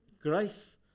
Grace